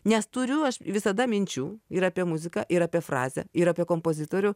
nes turiu aš visada minčių ir apie muziką ir apie frazę ir apie kompozitorių